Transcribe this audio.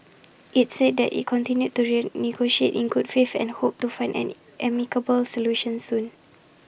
IT said IT continued to rain negotiate in good faith and hoped to find an amicable solution soon